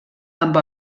amb